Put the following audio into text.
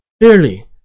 clearly